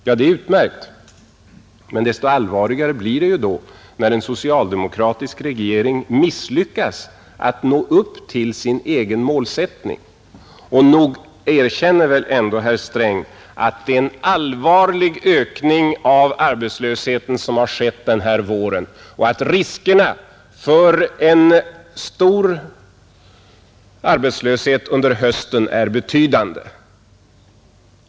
Ja, det är utmärkt, men desto allvarligare blir det då när en socialdemokratisk regering misslyckas att nå upp till sin egen målsättning. Och nog erkänner väl ändå herr Sträng att det är en allvarlig ökning av arbetslösheten som har skett den här våren och att riskerna för en stor arbetslöshet under hösten är betydande?